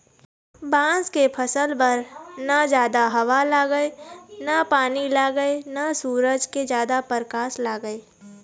बांस के फसल बर न जादा हवा लागय न पानी लागय न सूरज के जादा परकास लागय